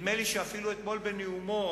נדמה לי שאפילו אתמול בנאומו,